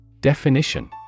Definition